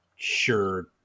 sure